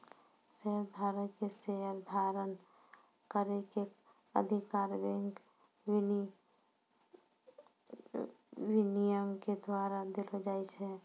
शेयरधारक के शेयर धारण करै के अधिकार बैंक विनियमन के द्वारा देलो जाय छै